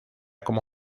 como